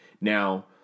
Now